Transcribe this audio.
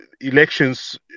elections